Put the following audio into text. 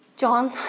John